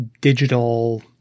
digital